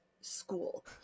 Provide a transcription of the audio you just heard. school